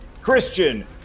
Christian